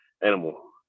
animal